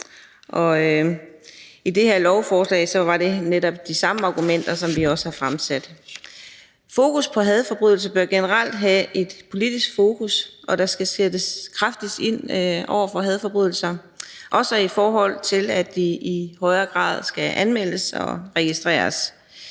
i det her lovforslag er der jo netop de samme argumenter, som vi også har fremsat. Hadforbrydelser bør generelt have et politisk fokus, og der skal sættes kraftigt ind over for hadforbrydelser, også i forhold til at de i højere grad skal anmeldes og registreres.